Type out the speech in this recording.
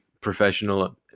professional